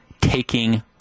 taking